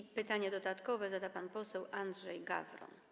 I pytanie dodatkowe zada pan poseł Andrzej Gawron.